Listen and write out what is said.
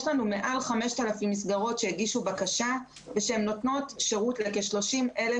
יש לנו מעל 5,000 מסגרות שהגישו בקשה ושהן נותנות שירות לכ-30,000